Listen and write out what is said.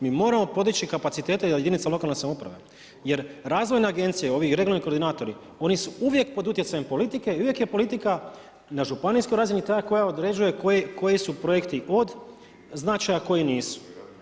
Mi moramo podići kapacitete za jedinica lokalne samouprave jer razvojne agencije i ovi regionalni koordinatori oni su uvijek pod utjecajem politike i uvijek je politika na županijskoj razini ta koja određuje koji su projekti od značaja koji nisu.